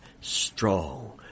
strong